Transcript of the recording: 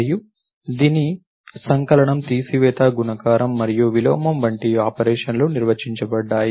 మరియు దీనికి సంకలనం తీసివేత గుణకారం మరియు విలోమం వంటి ఆపరేషన్లు నిర్వచించబడ్డాయి